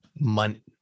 money